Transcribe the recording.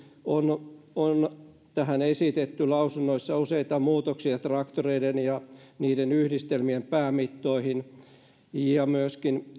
on myöskin esitetty useita muutoksia traktoreiden ja niiden yhdistelmien päämittoihin ministeriö on myöskin